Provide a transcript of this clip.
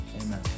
amen